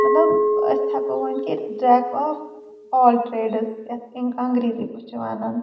أسۍ ہٮ۪کو ؤنِتھ کہِ اِٹ اِز ڈراک آف آل ٹریڈٕز یَتھ اَنگریٖزی پٲٹھۍ چھِ وَنان